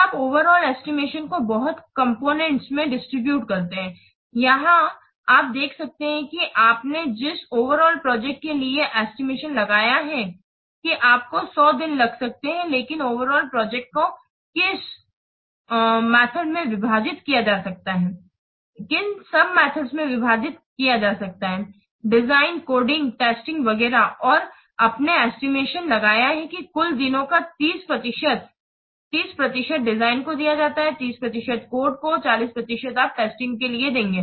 फिर आप overall estimate को बहुत से कॉम्पोनेन्ट में डिस्ट्रीब्यूट करते है यहाँ आप देख सकते हैं कि आपने जिस ओवरआल प्रोजेक्ट के लिए एस्टिमेशन लगाया है कि आपको 100 दिन लग सकते हैं लेकिन ओवरआल प्रोजेक्ट को किस उप गतिमेथड में विभाजित किया जा सकता है डिजाइन कोडिंग टेस्टिंग वगैरह और आपने एस्टिमेशन लगाया है कि कुल दिनों का 30 प्रतिशत 30 प्रतिशत डिजाइन को दिया जा सकता है 30 प्रतिशत कोड को और 40 प्रतिशत आप टेस्टिंग के लिए देंगे